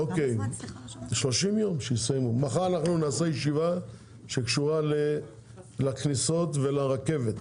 מחר נקיים ישיבה שקשורה לכניסות ולרכבת,